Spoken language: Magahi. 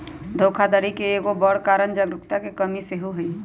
धोखाधड़ी के एगो बड़ कारण जागरूकता के कम्मि सेहो हइ